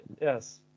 Yes